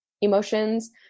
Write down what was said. emotions